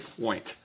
point